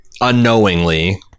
unknowingly